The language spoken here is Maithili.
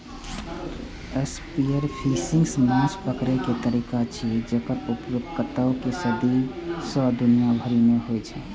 स्पीयरफिशिंग माछ पकड़ै के तरीका छियै, जेकर उपयोग कतेको सदी सं दुनिया भरि मे होइ छै